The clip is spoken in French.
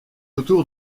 autour